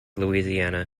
louisiana